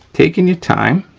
taking your time.